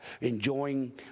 enjoying